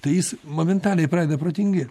tai jis momentaliai pradeda protingėt